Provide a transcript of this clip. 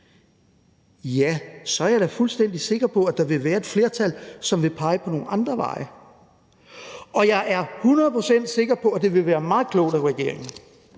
vej, så er jeg da fuldstændig sikker på, at der vil være et flertal, som vil pege på nogle andre veje, og jeg er hundrede procent sikker på, at det vil være meget klogt – meget